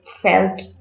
felt